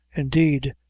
indeed,